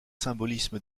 symbolisme